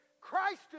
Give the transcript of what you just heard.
Christ